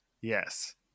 Yes